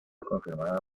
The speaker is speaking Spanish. confirmada